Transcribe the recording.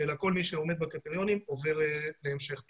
אלא כל מי שעומד בקריטריונים עובר להמשך טיפול.